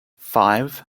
five